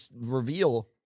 reveal